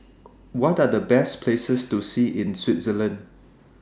What Are The Best Places to See in Switzerland